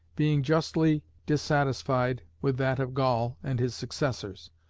being justly dissatisfied with that of gall and his successors.